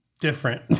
different